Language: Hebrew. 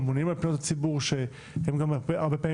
הממונים על פניות הציבור שהם גם הרבה פעמים